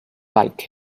like